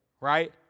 right